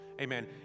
Amen